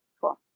Cool